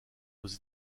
aux